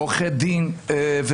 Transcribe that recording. עורכי דין,